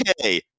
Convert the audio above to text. okay